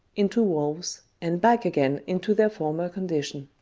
into wolves, and back again into their former condition.